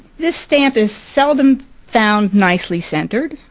this stamp is seldom found nicely centered.